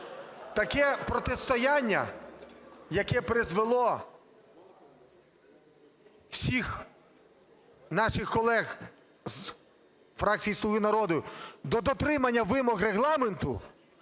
таке протистояння, яке призвело всіх наших колег з фракції "Слуга народу" до дотримання вимог Регламенту,